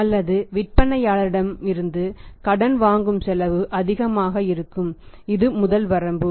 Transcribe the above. அல்லது விற்பனையாளரிடம் இருந்து கடனாக வாங்கும் செலவு அதிகமாக இருக்கும் இது முதல் வரம்பு